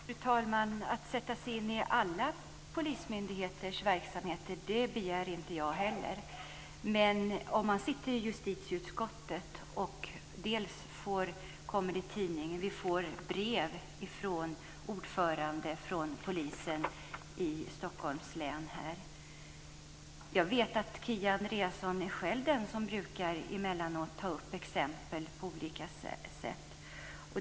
Fru talman! Att sätta sig in i alla polismyndigheters verksamheter begär inte jag heller. Men om man sitter i justitieutskottet kommer information dels i tidningen, dels får vi brev från ordföranden för polisen i Stockholms län. Jag vet att Kia Andreasson själv är den som emellanåt brukar ta upp exempel på olika sätt.